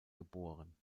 geboren